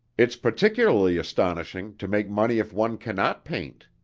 it's particularly astonishing to make money if one cannot paint.